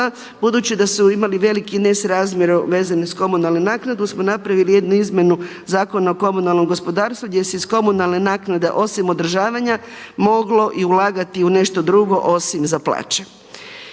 budući da su imali veliki nesrazmjer vezan uz komunalnu naknadu smo napravili jednu izmjenu Zakona o komunalnom gospodarstvu gdje se iz komunalne naknade osim održavanja moglo i ulagati u nešto drugo osim za plaće.